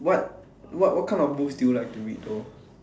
what what kind of books do you like to read though